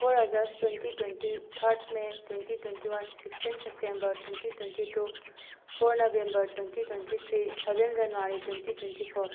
four August twenty twenty third may twenty twenty one sixteen September twenty twenty two four November twenty twenty three seven January twenty twenty four